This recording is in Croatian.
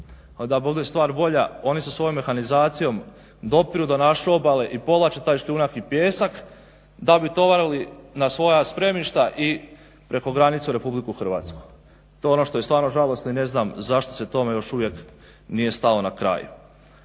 da bude stvar bolja oni sa svojom mehanizacijom dopiru do naše obale i povlače taj šljunak i pijesak da bi tovarili na svoja spremišta i preko granice u RH. To je ono što je stvarno žalosno i ne znam zašto se tome još uvijek nije stalo na kraj.